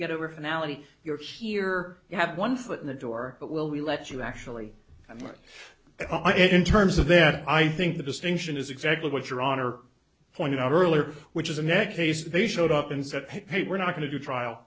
get over finale you're here you have one foot in the door but will we let you actually i mean i in terms of that i think the distinction is exactly what your honor pointed out earlier which is a net case they showed up and said pate we're not going to do a trial